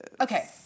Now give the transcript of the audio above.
Okay